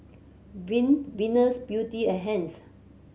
Viu Venus Beauty and Heinz